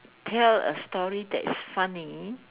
tell a story that is funny